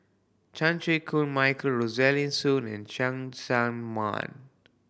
Chan Chew Koon Michael Rosaline Soon and Cheng Tsang Man